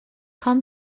خوام